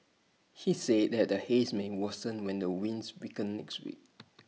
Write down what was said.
he said that the haze may worsen when the winds weaken next week